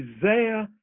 Isaiah